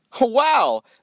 Wow